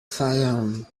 fayoum